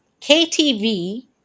KTV